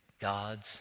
God's